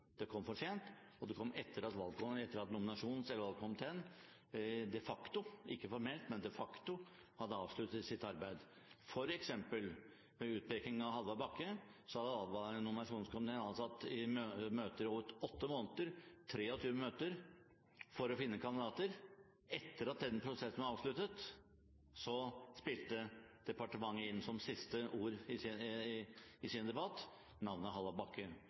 Det kom for sent, og det kom etter at nominasjons- eller valgkomiteen de facto – ikke formelt, men de facto – hadde avsluttet sitt arbeid. Ved utpekingen av f.eks. Hallvard Bakke hadde nominasjonskomiteen altså hatt møter i over åtte måneder – 23 møter – for å finne kandidater. Etter at den prosessen var avsluttet, spilte departementet inn – som siste ord i sin debatt – navnet Hallvard Bakke, som ikke ble utsatt for prøving i